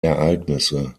ereignisse